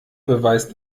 beweist